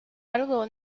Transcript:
algo